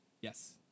Yes